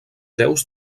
deus